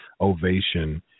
ovation